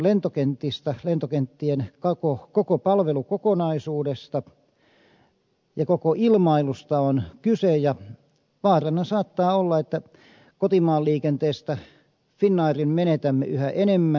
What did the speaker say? lentokentistä lentokenttien koko palvelukokonaisuudesta ja koko ilmailusta on kyse ja vaarana saattaa olla että kotimaan liikenteestä finnairin menetämme yhä enemmän